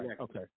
Okay